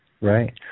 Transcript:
Right